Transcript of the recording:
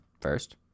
first